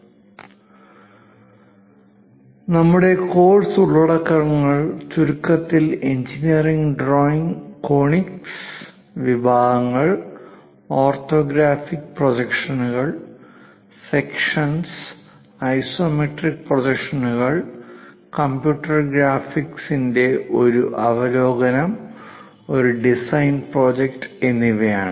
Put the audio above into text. ഞങ്ങളുടെ കോഴ്സ് ഉള്ളടക്കങ്ങൾ ചുരുക്കത്തിൽ എഞ്ചിനീയറിംഗ് ഡ്രോയിംഗ് കോണിക് വിഭാഗങ്ങൾ ഓർത്തോഗ്രാഫിക് പ്രൊജക്ഷനുകൾ സെക്ഷൻസ് ഐസോമെട്രിക് പ്രൊജക്ഷനുകൾ കമ്പ്യൂട്ടർ ഗ്രാഫിക്സിന്റെ ഒരു അവലോകനം ഒരു ഡിസൈൻ പ്രോജക്റ്റ് എന്നിവയാണ്